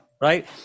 right